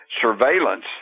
surveillance